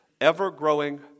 ever-growing